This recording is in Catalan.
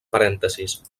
parèntesis